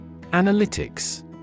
Analytics